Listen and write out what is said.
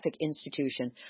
Institution